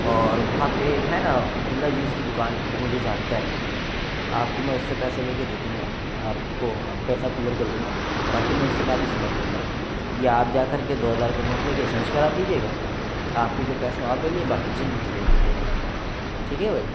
اور وہاں پہ ایک ہے نا عبد اللہ جوس کی دکان ہے وہ مجھے جانتا ہے آپ کو میں اس سے پیسے لے کے دے دوں گا آپ کو آپ کا حساب کلیر کر دوں گا باقی میں اس سے بعد میں سمجھ لوں گا یا آپ جا کر کے دو ہزار کا نوٹ لے کے چینج کرا لیجیے گا آپ کے جو پیسے ہوں آپ لے لیجیے گا باقی پیسے مجھے دے دیجیے گا ٹھیک ہے بھائی